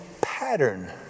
pattern